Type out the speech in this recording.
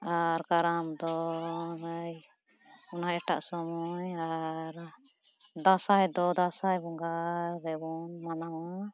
ᱟᱨ ᱠᱟᱨᱟᱢ ᱫᱚ ᱟᱭ ᱚᱱᱟ ᱮᱴᱟᱜ ᱥᱚᱢᱚᱭ ᱟᱨ ᱫᱟᱸᱥᱟᱭ ᱫᱚ ᱫᱟᱸᱥᱟᱭ ᱵᱚᱸᱜᱟ ᱨᱮᱵᱚᱱ ᱢᱟᱱᱟᱣᱟ